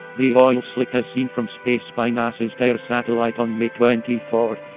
the oil slick as seen from space by nasa's terra satellite on may twenty four,